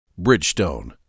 Bridgestone